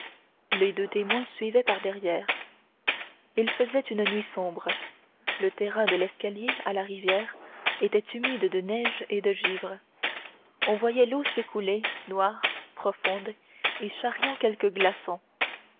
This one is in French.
les deux témoins suivaient par-derrière il faisait une nuit sombre le terrain de l'escalier à la rivière était humide de neige et de givre on voyait l'eau s'écouler noire profonde et charriant quelques glaçons